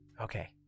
Okay